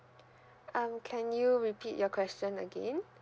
um can you repeat your question again